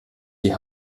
die